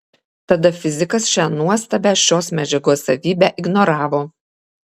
tada fizikas šią nuostabią šios medžiagos savybę ignoravo